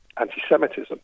anti-semitism